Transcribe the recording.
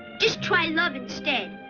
just try love instead.